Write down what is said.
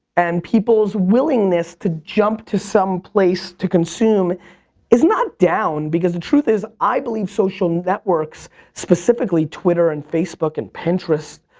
and people's willingness to jump to some place to consume is not down because the truth is i believe social networks, specifically twitter and facebook and pinterest,